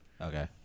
Okay